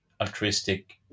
altruistic